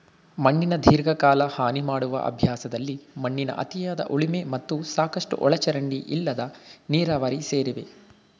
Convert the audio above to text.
ಮಣ್ಣಿಗೆ ದೀರ್ಘಕಾಲ ಹಾನಿಮಾಡುವ ಅಭ್ಯಾಸದಲ್ಲಿ ಮಣ್ಣಿನ ಅತಿಯಾದ ಉಳುಮೆ ಮತ್ತು ಸಾಕಷ್ಟು ಒಳಚರಂಡಿ ಇಲ್ಲದ ನೀರಾವರಿ ಸೇರಿವೆ